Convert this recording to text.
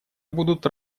будут